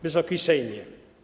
Wysoki Sejmie!